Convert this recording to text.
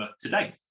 today